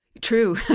True